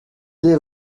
les